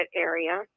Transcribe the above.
area